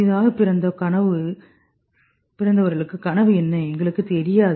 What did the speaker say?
புதிதாகப் பிறந்த கனவு என்ன எங்களுக்குத் தெரியாது